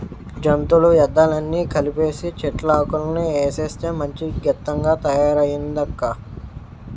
జంతువుల వ్యర్థాలన్నీ కలిపీసీ, చెట్లాకులన్నీ ఏసేస్తే మంచి గెత్తంగా తయారయిందక్కా